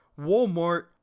Walmart